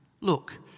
Look